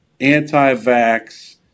anti-vax